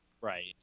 Right